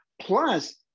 plus